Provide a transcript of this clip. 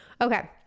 Okay